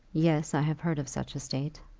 yes i have heard of such a state.